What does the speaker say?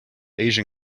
asian